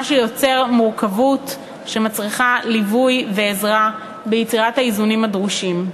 מה שיוצר מורכבות שמצריכה ליווי ועזרה ביצירת האיזונים הדרושים.